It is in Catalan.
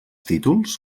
títols